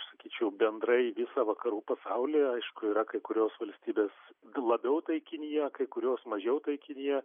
sakyčiau bendrai visą vakarų pasaulį aišku yra kai kurios valstybės labiau taikinyje kai kurios mažiau taikinyje